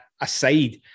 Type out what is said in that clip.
aside